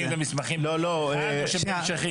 השאלה אם הם מבקשים את המסמכים אחד-אחד או שהם נמשכים?